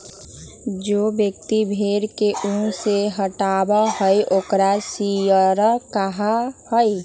जो व्यक्ति भेड़ के ऊन के हटावा हई ओकरा शियरर कहा हई